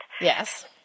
yes